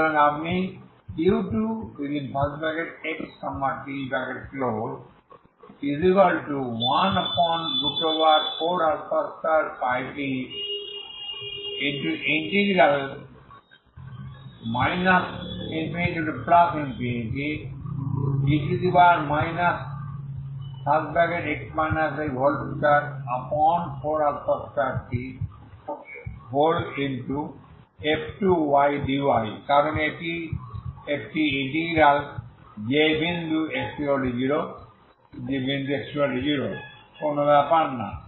সুতরাং আপনি u2xt14α2πt ∞e 242tf2dy কারণ এটি একটি ইন্টিগ্রাল যে বিন্দু x0 কোন ব্যাপার না